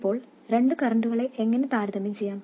ഇപ്പോൾ രണ്ട് കറൻറുകളെ എങ്ങനെ താരതമ്യം ചെയ്യാം